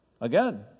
Again